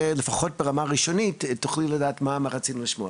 לפחות ברמה הראשונית תוכלי לדעת מה רצינו לשמוע.